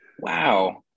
wow